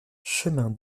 chemin